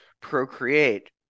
procreate